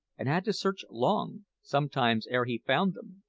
and had to search long, sometimes, ere he found them.